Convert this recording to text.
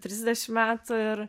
trisdešim metų ir